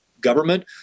government